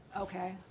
okay